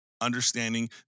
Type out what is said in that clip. understanding